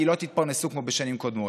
כי לא תתפרנסו כמו בשנים קודמות.